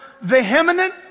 vehement